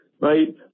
right